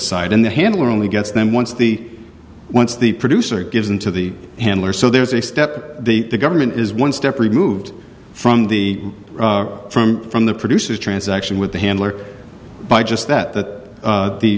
aside and the handler only gets them once the once the producer gives them to the handler so there's a step the government is one step removed from the from from the producers transaction with the handler by just that that the